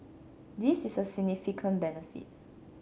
this is a significant benefit